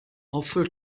offer